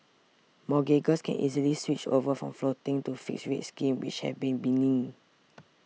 mortgagors can easily switch over from floating to fixed rate schemes which have been benign